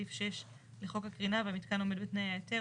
לסעיף 6 לחוק הקרינה והמיתקן עומד בתנאי ההיתר,